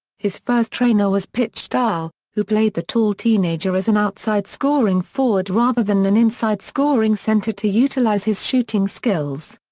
his first trainer was pit stahl, who played the tall teenager as an outside-scoring forward rather than an inside-scoring center to utilise his shooting skills.